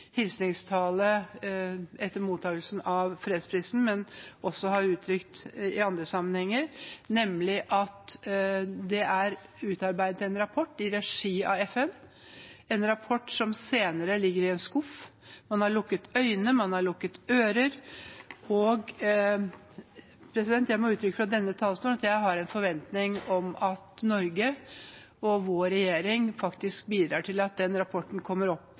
hilsningstale etter mottakelsen av fredsprisen, og som han også har uttrykt i andre sammenhenger, nemlig at det er utarbeidet en rapport i regi av FN, en rapport som senere har ligget i en skuff. Man har lukket øyne, man har lukket ører, og jeg må uttrykke fra denne talerstolen at jeg har en forventning om at Norge og vår regjering bidrar til at den rapporten kommer opp